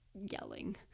yelling